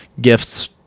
gifts